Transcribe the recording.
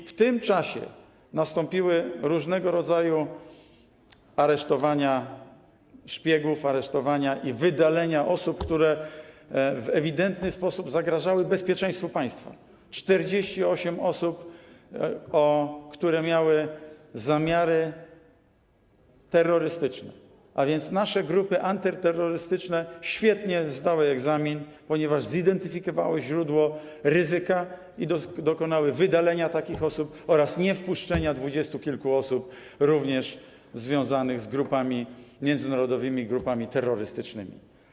W tym czasie nastąpiły różnego rodzaju aresztowania szpiegów, aresztowania i wydalenia osób, które w ewidentny sposób zagrażały bezpieczeństwu państwa, 48 osób, które miały zamiary terrorystyczne, a więc nasze grupy antyterrorystyczne świetnie zdały egzamin, ponieważ zidentyfikowały źródło ryzyka i dokonały wydalenia takich osób oraz niewpuszczenia dwudziestu kilku osób związanych z międzynarodowymi grupami terrorystycznymi.